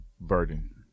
burden